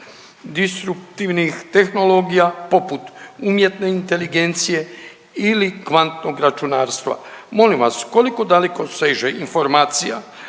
destruktivnih tehnologija poput umjetne inteligencije i kvantnog računarstva. Molim vas koliko daleko seže informacija